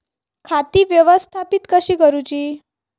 खाती व्यवस्थापित कशी करूची?